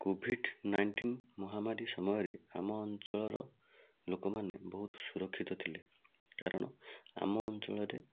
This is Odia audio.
କୋଭିଡ଼ ନାଇନଣ୍ଟିନ୍ ମହାମାରୀ ସମୟରେ ଆମ ଅଞ୍ଚଳର ଲୋକମାନେ ବହୁତ ସୁରକ୍ଷିତ ଥିଲେ କାରଣ ଆମ ଅଞ୍ଚଳରେ